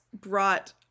brought